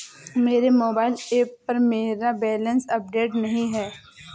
मेरे mobile app पर मेरा बैलेंस अपडेट नहीं है